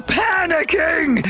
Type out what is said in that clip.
panicking